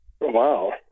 Wow